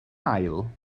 ail